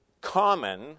common